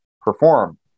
perform